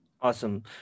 Awesome